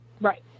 Right